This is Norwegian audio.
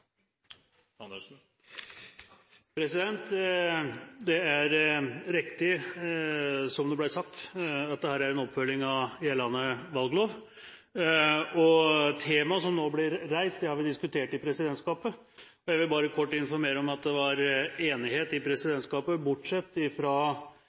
nå. Det er riktig som det ble sagt, at dette er en oppfølging av gjeldende valglov. Temaet som nå blir reist, har vi diskutert i presidentskapet. Jeg vil bare kort informere om at det var enighet i